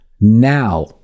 Now